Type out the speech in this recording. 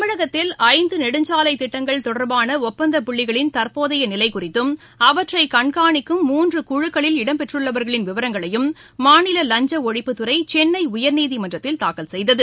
தமிழகத்தில் ஐந்து நெடுஞ்சாலை திட்டங்கள் தொடர்பான ஒப்பந்த புள்ளிகளின் தற்போதைய நிலை குறித்தும் அவற்றை கண்காணிக்கும் மூன்று குழுக்களில் இடம்பெற்றுள்ளவர்களின் விவரங்களையும் மாநில வஞ்ச ஒழிப்புத் துறை சென்னை உயர்நீதிமன்றத்தில் தாக்கல் செய்தது